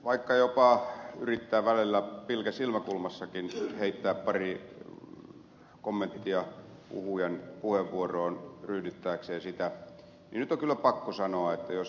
vaikka jopa yrittää välillä pilke silmäkulmassakin heittää pari kommenttia puhujan puheenvuoroon ryhdittääkseen siitä niin nyt on kyllä pakko sanoa että jos ed